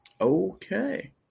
Okay